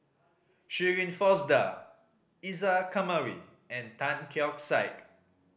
Shirin Fozdar Isa Kamari and Tan Keong Saik